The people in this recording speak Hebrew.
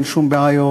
אין שום בעיות.